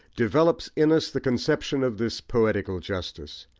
develops in us the conception of this poetical justice,